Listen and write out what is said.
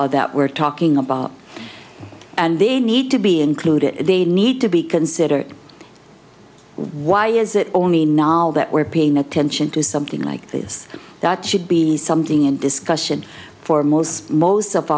hole that we're talking about and they need to be included they need to be considered why is it only knol that we're paying attention to something like this that should be something in discussion for most most of